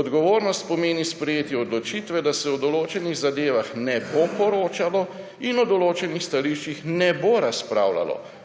»Odgovornost pomeni sprejeti odločitve, da se o določenih zadevah ne bo poročalo in o določenih stališčih ne bo razpravljalo.